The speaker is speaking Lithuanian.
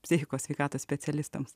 psichikos sveikatos specialistams